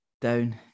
down